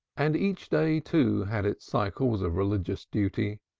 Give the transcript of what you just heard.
and each day, too, had its cycles of religious duty,